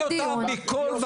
שגיניתי אותה מכל וכל.